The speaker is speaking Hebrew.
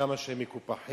כמה שהם מקופחים,